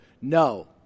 no